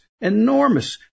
enormous